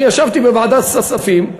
אני ישבתי בוועדת כספים,